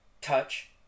touch